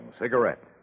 cigarette